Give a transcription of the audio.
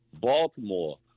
Baltimore